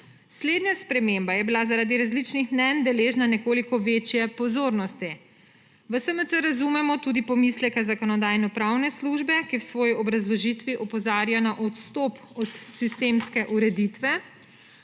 Slednja sprememba je bila zaradi različnih mnenj deležna nekoliko večje pozornosti. V SMC razumemo tudi pomisleke Zakonodajno-pravne službe, ki v svoji obrazložitvi opozarja na odstop od sistemske ureditve,